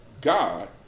God